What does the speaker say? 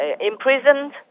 imprisoned